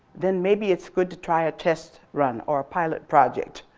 then maybe it's good to try a test run or a pilot project,